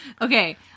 Okay